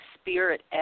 spirit